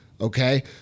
okay